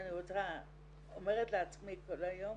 שאני אומרת לעצמי כל היום